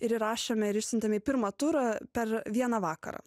ir įrašėme ir išsiuntėm į pirmą turą per vieną vakarą